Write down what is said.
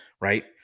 right